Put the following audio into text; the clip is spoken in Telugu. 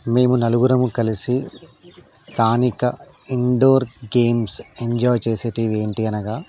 మేము నలుగురము కలిసి స్థానిక ఇండోర్ గేమ్స్ ఎంజాయ్ చేసేవి ఏంటి అనగా